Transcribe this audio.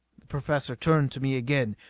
the professor turned to me again.